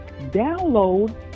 download